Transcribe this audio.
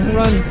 run